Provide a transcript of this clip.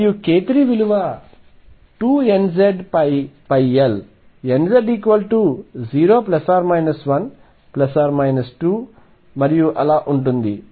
మరియు k3 విలువ 2nzL nz0±1±2 మరియు అలా ఉంటుంది